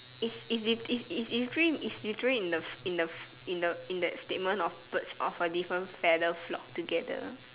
if if it is in stream is literally in the F F in the F F in the in that statement of birds of a different feather flock together